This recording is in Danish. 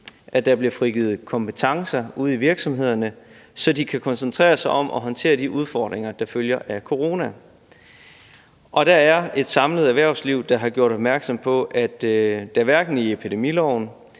at der bliver frigivet kompetencer ude i virksomhederne, så de kan koncentrere sig om at håndtere de udfordringer, der følger af corona. Og der er et samlet erhvervsliv, der har gjort opmærksom på, at der hverken i epidemiloven